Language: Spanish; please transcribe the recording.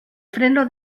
freno